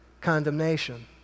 condemnation